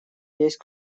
есть